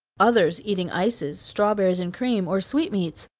others eating ices, strawberries and cream, or sweetmeats,